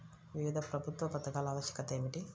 వివిధ ప్రభుత్వా పథకాల ఆవశ్యకత ఏమిటి?